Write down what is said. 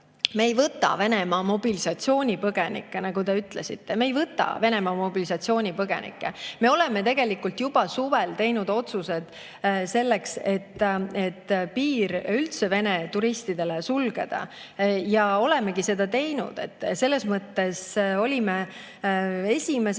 me ei võta Venemaa mobilisatsioonipõgenikke, nagu te ütlesite. Me ei võta Venemaa mobilisatsioonipõgenikke. Me tegime tegelikult juba suvel otsuse piir üldse Vene turistidele sulgeda, ja olemegi seda teinud. Me olime esimesed,